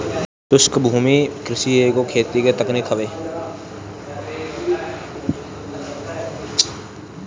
शुष्क भूमि कृषि एगो खेती के तकनीक हवे